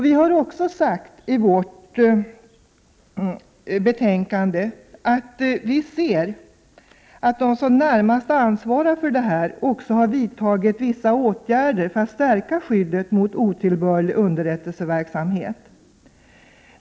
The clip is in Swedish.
Vi har också i vårt betänkande sagt att vi ser, att de som närmast ansvarar för detta område också har vidtagit vissa åtgärder för att stärka skyddet mot otillbörlig underrättelseverksamhet.